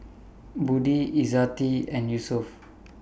Budi Izzati and Yusuf